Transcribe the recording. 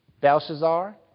Belshazzar